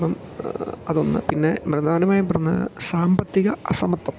അപ്പം അതൊന്ന് പിന്നെ പ്രധാനമായും പറയുന്നത് സാമ്പത്തിക അസമത്വം